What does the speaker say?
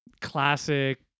classic